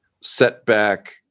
setback